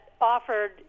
offered